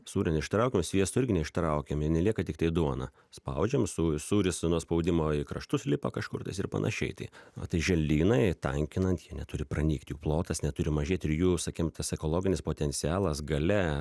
sūrio neištraukiam sviesto irgi neištraukiam i nelieka tiktai duona spaudžiam sū sūris nuo spaudimo į kraštus lipa kažkur tais ir panašiai tai o tai želdynai tankinant jie neturi pranykt jų plotas neturi mažėt ir jų sakim tas ekologinis potencialas galia